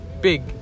big